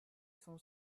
son